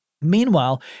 Meanwhile